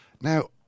Now